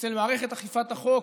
אצל מערכת אכיפת החוק,